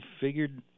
figured